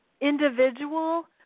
individual